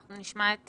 ואנחנו נשמע את